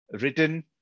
written